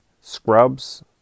Scrubs